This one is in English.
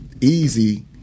easy